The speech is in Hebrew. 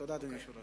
תודה, אדוני.